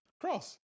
cross